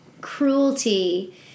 cruelty